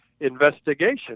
investigation